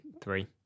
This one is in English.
three